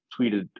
tweeted